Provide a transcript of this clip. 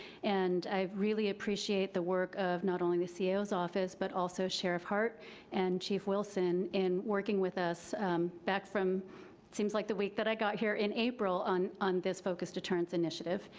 and i really appreciate the work of not only the so cio's office, but also sheriff hart and chief wilson in working with us back from seems like the week that i got here in april on on this focused deterrence initiative.